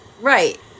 Right